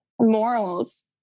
morals